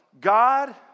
God